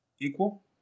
equal